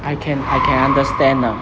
I can I can understand ah